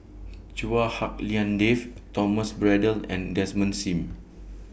Chua Hak Lien Dave Thomas Braddell and Desmond SIM